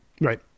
Right